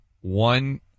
one